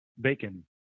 bacon